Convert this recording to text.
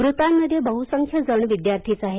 मृतांमध्ये बहुसंख्य जण विद्यार्थीच आहेत